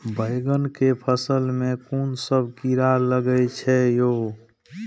बैंगन के फल में कुन सब कीरा लगै छै यो?